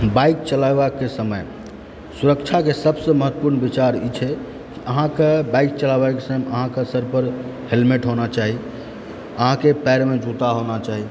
bike चलैबाके समय सुरक्षाके सभसँ महत्वपूर्ण विचार ई छै अहाँके बाइक चलाबैके समय अहाँके सर पर हेलमेट होना चाही अहाँके पएरमे जूता होना चाही